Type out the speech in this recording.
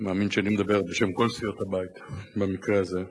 אני מאמין שאני מדבר בשם כל סיעות הבית במקרה הזה.